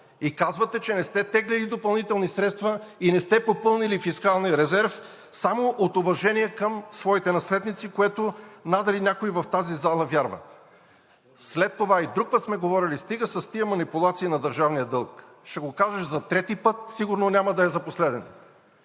И казвате, че не сте теглили допълнителни средства и не сте попълнили фискалния резерв само от уважение към своите наследници, на което надали някой в тази зала вярва. След това, и друг път сме говорили – стига с тези манипулации на държавния дълг. Ще го кажа за трети път, сигурно няма да е за последен.